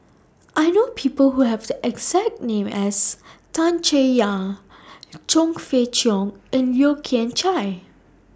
I know People Who Have The exact name as Tan Chay Yan Chong Fah Cheong and Yeo Kian Chai